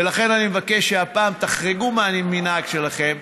ולכן אני מבקש שהפעם תחרגו מהמנהג שלהם,